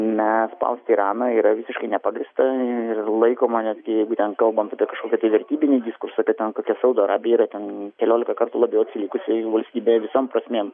na spausti iraną yra visiškai nepagrįsta ir laikoma netgi jeigu ten kalbant apie kažkokį tai vertybinį diskursą kad ten kokia saudo arabija yra ten keliolika kartų labiau atsilikusi valstybė visom prasmėm